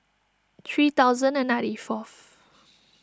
three thousand and ninety fourth